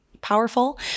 powerful